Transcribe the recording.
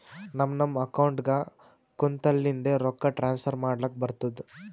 ನಮ್ ನಮ್ ಅಕೌಂಟ್ಗ ಕುಂತ್ತಲಿಂದೆ ರೊಕ್ಕಾ ಟ್ರಾನ್ಸ್ಫರ್ ಮಾಡ್ಲಕ್ ಬರ್ತುದ್